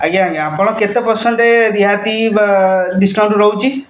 ଆଜ୍ଞା ଆଜ୍ଞା ଆପଣ କେତେ ପରସେଣ୍ଟ୍ ରିହାତି ଡିସ୍କାଉଣ୍ଟ୍ ରହୁଛି